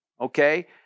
okay